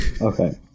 Okay